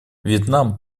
вьетнам